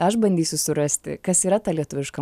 aš bandysiu surasti kas yra ta lietuviška